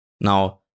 Now